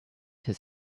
his